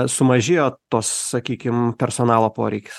sumažėjo tos sakykim personalo poreikis